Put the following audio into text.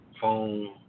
phone